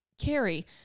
Carrie